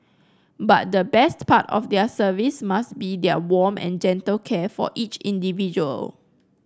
but the best part of their services must be their warm and gentle care for each individual